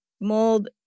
Mold